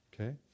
okay